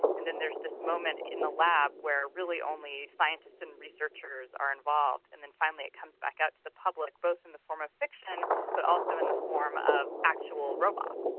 and then there's this moment in the lab where really only scientists and researchers are involved, and then finally it comes back out to the public both in the form of fiction but also in the form of actual robots.